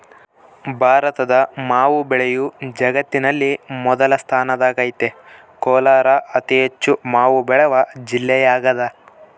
ಭಾರತದ ಮಾವು ಬೆಳೆಯು ಜಗತ್ತಿನಲ್ಲಿ ಮೊದಲ ಸ್ಥಾನದಾಗೈತೆ ಕೋಲಾರ ಅತಿಹೆಚ್ಚು ಮಾವು ಬೆಳೆವ ಜಿಲ್ಲೆಯಾಗದ